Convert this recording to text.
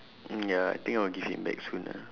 mm ya I think I'll give him back soon ah